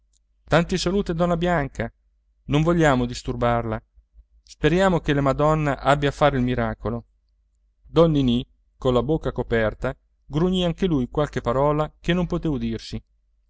tanti saluti a donna bianca non vogliamo disturbarla speriamo che la madonna abbia a fare il miracolo don ninì con la bocca coperta grugnì anche lui qualche parola che non potè udirsi